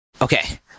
Okay